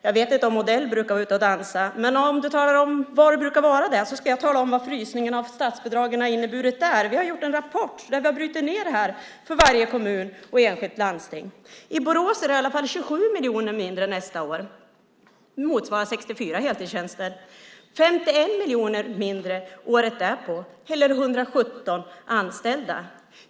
Jag vet inte var Odell brukar vara ute och dansa, men om du talar om det ska jag tala om vad frysningen av statsbidragen har inneburit där. Vi har gjort en rapport där vi brutit ned detta för varje enskild kommun och varje enskilt landsting. I Borås är det i alla fall 27 miljoner mindre nästa år, vilket motsvarar 64 heltidstjänster. Året därpå är det 51 miljoner mindre, eller 117 anställda.